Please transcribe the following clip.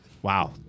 Wow